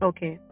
Okay